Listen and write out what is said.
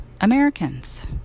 Americans